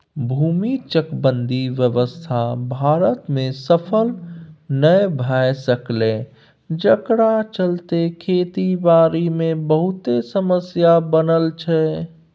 भूमि चकबंदी व्यवस्था भारत में सफल नइ भए सकलै जकरा चलते खेती बारी मे बहुते समस्या बनल छै